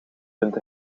vindt